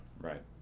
Right